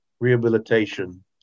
rehabilitation